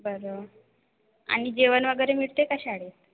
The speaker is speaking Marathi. बरं आणि जेवण वगैरे मिळते का शाळेत